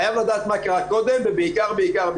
חייב לדעת מה קרה קודם ובעיקר בעיקר.